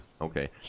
Okay